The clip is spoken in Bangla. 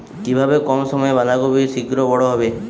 কিভাবে কম সময়ে বাঁধাকপি শিঘ্র বড় হবে?